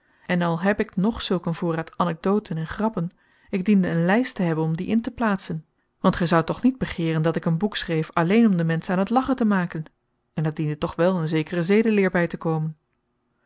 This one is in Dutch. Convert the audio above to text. en al heb ik nog zulk een voorraad anecdoten en grappen ik diende een lijst te hebben om die in te plaatsen want gij zoudt toch niet begeeren dat ik een boek schreef alleen om de menschen aan t lachen te maken en er diende toch wel een zekere zedeleer bij te komen